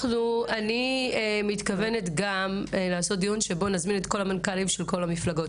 אני מתכוונת לעשות דיון שבו נזמין את כל המנכ"לים של כל המפלגות.